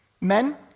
Men